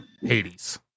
Hades